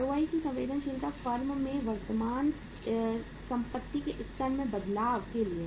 ROI की संवेदनशीलता firm में वर्तमान संपत्ति के स्तर में बदलाव के लिए